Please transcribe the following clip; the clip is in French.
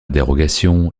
dérogation